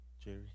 Jerry